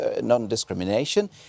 non-discrimination